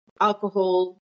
alcohol